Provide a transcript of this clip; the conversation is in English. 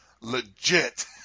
Legit